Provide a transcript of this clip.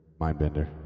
Mindbender